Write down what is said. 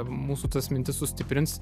mūsų tas mintis sustiprins